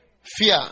Fear